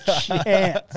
chance